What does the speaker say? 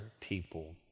people